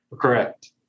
Correct